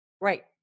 Right